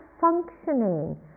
functioning